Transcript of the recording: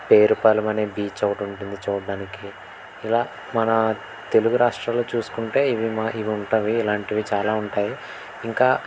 పేరుపాలెం అనే బీచ్ ఒకటుంటుంది చూడడానికి ఇలా మన తెలుగు రాష్ట్రాల్లో చూసుకుంటే ఇవి మావి ఉంటాయి ఇలాంటివి చాలా ఉంటాయి ఇంకా